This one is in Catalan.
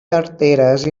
tarteres